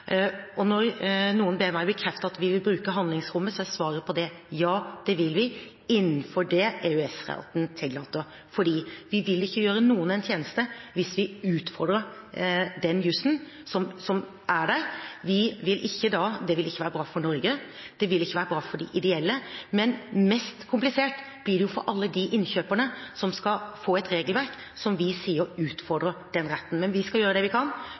gjøre. Når noen ber meg bekrefte at vi vil bruke handlingsrommet, er svaret på det: Ja, det vil vi innenfor det EØS-retten tillater. Vi vil ikke gjøre noen en tjeneste hvis vi utfordrer jussen. Det vil ikke være bra for Norge, det vil ikke være bra for de ideelle, men mest komplisert blir det for alle innkjøperne som skal få et regelverk vi sier utfordrer den retten. Men vi skal gjøre det vi kan